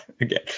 again